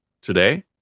today